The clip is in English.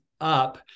up